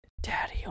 Daddy